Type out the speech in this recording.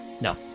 No